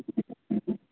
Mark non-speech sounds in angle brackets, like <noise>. <unintelligible>